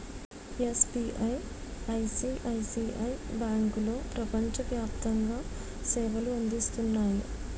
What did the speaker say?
SBI, ICICI బ్యాంకులో ప్రపంచ వ్యాప్తంగా సేవలు అందిస్తున్నాయి